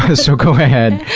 ah so, go ahead.